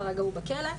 כרגע הוא בכלא,